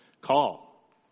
call